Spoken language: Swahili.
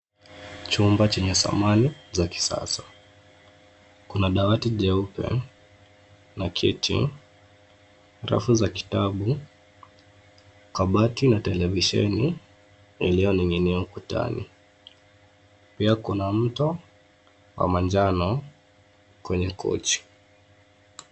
Chumba chenye samani za kisasa. Kuna dawati jeupe na kiti, rafu za kitabu, kabati na televisheni iliyoning'inia ukutani. Pia kuna mto wa manjano kwenye kochi.